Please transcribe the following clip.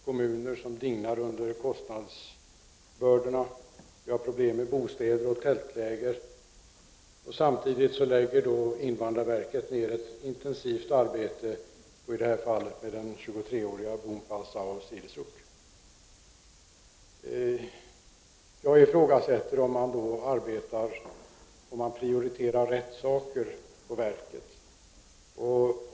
Kommuner dignar under kostnadsbördorna, och det finns problem med bostäder och tältläger. Samtidigt lägger invandrarverket ner ett intensivt arbete, i det här fallet med den 23-åriga Boonpha Sao Srisuk. Jag ifrågasätter om det sker en riktig prioritering på invandrarverket.